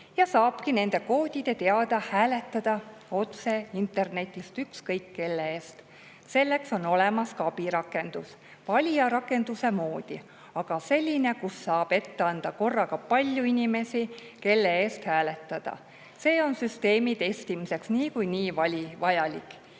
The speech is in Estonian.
Nii saabki nende koodide teadja hääletada otse internetis ükskõik kelle eest. Selleks on olemas ka abirakendus, valijarakenduse moodi, aga selline, kus saab ette anda korraga palju inimesi, kelle eest hääletada. See on süsteemi testimiseks niikuinii vajalik.